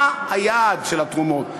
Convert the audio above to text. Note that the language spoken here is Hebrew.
מה היעד של התרומות?